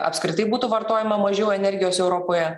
apskritai būtų vartojama mažiau energijos europoje